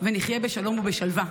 ונחיה בשלום ובשלווה.